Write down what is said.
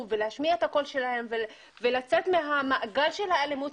להשמיע את הקול שלהן ולצאת מהמעגל של האלימות,